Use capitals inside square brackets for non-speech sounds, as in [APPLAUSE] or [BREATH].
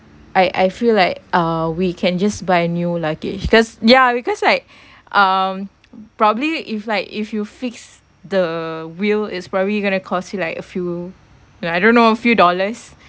I I feel like uh we can just buy new luggage cause ya because like [BREATH] um probably if like if you fix the wheel is probably going to cost you like a few know I don't know few dollars